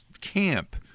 camp